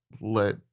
let